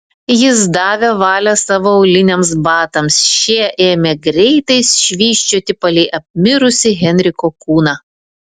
jis davė valią savo auliniams batams šie ėmė greitai švysčioti palei apmirusį henriko kūną